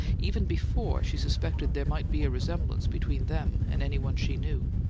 even before she suspected there might be a resemblance between them and any one she knew.